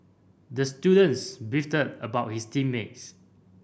the students beefed about his team mates